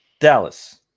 Dallas